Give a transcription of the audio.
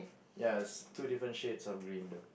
ya it's two different shades of green though